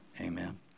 amen